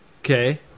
okay